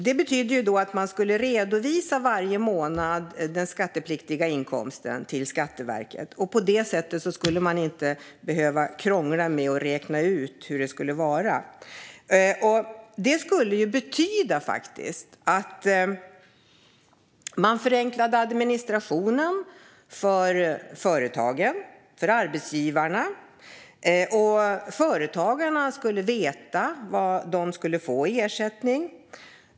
Det betyder att man varje månad skulle redovisa den skattepliktiga inkomsten till Skatteverket. På det sättet skulle man inte behöva krångla med att räkna ut hur det skulle vara. Detta skulle betyda att man förenklade administrationen för företagen och arbetsgivarna. Företagarna skulle veta vilken ersättning de skulle få.